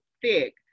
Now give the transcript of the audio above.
thick